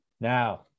Now